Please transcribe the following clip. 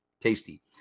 tasty